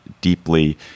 deeply